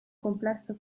complesso